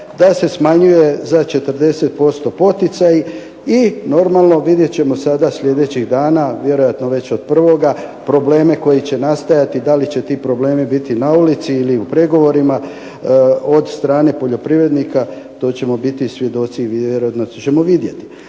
da se smanjuje za 40% poticaji. I normalno vidjet ćemo sljedećih dana vjerojatno već od prvoga, probleme koji će nastajati da li će ti problemi biti na ulici ili pregovorima od strane poljoprivrednika, to ćemo biti svjedoci i vjerojatno ćemo vidjeti.